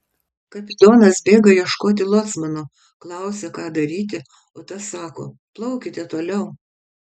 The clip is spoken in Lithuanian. kapitonas bėga ieškoti locmano klausia ką daryti o tas sako plaukite toliau